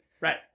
Right